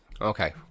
Okay